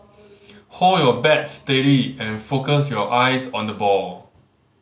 hold your bat steady and focus your eyes on the ball